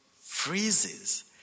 freezes